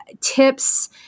tips